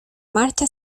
marcha